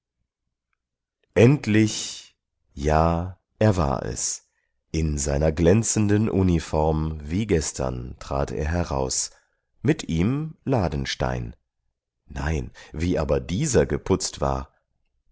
ankündige endlich ja er war es in seiner glänzenden uniform wie gestern trat er heraus mit ihm ladenstein nein wie aber dieser geputzt war